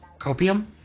copium